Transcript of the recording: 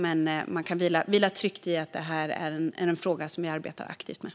Men man kan vila tryggt i att detta är en fråga som vi arbetar aktivt med.